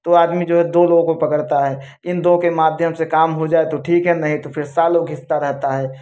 तो आदमी जो है दो लोगों को पकड़ता है इन दो के माध्यम से काम हो जाए तो ठीक है नहीं तो फिर सालों घिसता रहता है